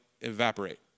evaporate